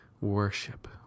worship